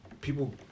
people